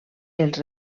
els